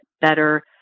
better